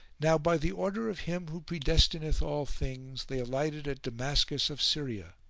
now by the order of him who predestineth all things, they alighted at damascus of syria,